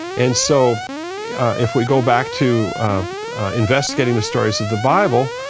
and so if we go back to investigating the stories of the bible,